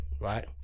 right